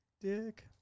dick